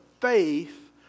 faith